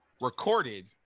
recorded